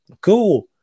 cool